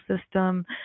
system